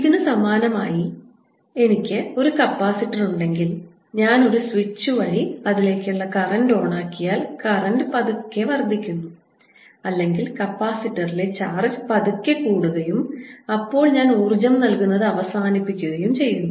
ഇതിനു സമാനമായിഎനിക്ക് ഒരു കപ്പാസിറ്റർ ഉണ്ടെങ്കിൽ ഞാൻ ഒരു സ്വിച്ച് വഴി ഒരു കറന്റ് ഓണാക്കിയാൽ കറന്റ് പതുക്കെ വർദ്ധിക്കുന്നു അല്ലെങ്കിൽ കപ്പാസിറ്ററിലെ ചാർജ് പതുക്കെ കൂടുകയും അപ്പോൾ ഞാൻ ഊർജ്ജം നൽകുന്നത് അവസാനിപ്പിക്കുകയും ചെയ്യുന്നു